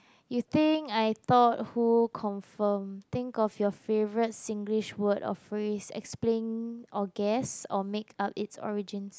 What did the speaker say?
you think I thought who confirm think of your favourite Singlish word or phrase explain or guess or make up its origins